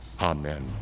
amen